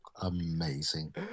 Amazing